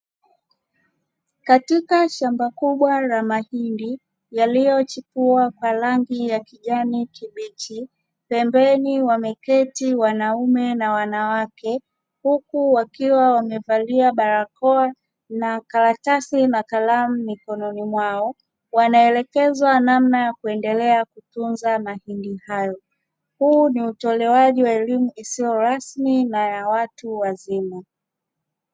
Katika shamba kubwa la mahindi yaliyochipua kwa rangi ya kijani kibichi, pembeni wameketi wanaume na wanawake huku wakiwa wamevalia barakoa na karatasi na kalamu mikononi mwao; wanaelekezwa namna ya kuendelea kutunza mahindi hayo. Huu ni utolewaji wa elimu isiyo rasmi na ya watu wazima.